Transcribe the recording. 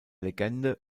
legende